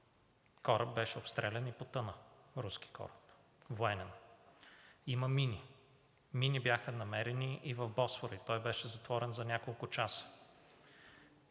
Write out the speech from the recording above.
Кораб беше обстрелян и потъна – руски военен кораб, има мини. Мини бяха намерени в Босфора и той беше затворен за няколко часа.